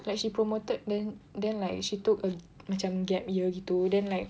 like she promoted then then like she took a macam gap year gitu then like